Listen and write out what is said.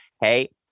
hey